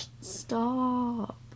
Stop